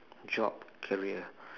job career